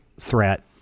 threat